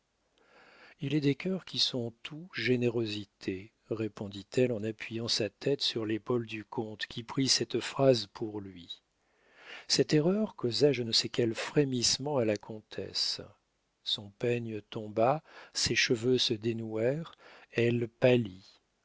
il est des cœurs qui sont tout générosité répondit-elle en appuyant sa tête sur l'épaule du comte qui prit cette phrase pour lui cette erreur causa je ne sais quel frémissement à la comtesse son peigne tomba ses cheveux se dénouèrent elle pâlit